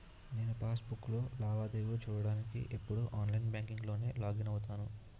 నేను పాస్ బుక్కులో లావాదేవీలు చూడ్డానికి ఎప్పుడూ ఆన్లైన్ బాంకింక్ లోకే లాగిన్ అవుతాను